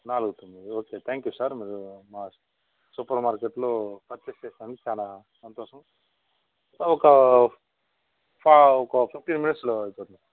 నాలుగు తొమ్మిది okay sir thank you sir మీరు మా సూపర్ మార్కెట్లో పర్చేజ్ చేసినందుకు చాలా సంతోషం ఒక ఫా ఒక ఫిఫ్టీన్ మినిట్స్లో అయిపోతుంది